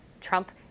trump